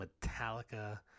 Metallica